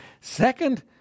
Second